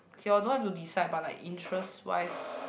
K orh don't have to decide but like interest wise